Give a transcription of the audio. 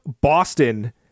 Boston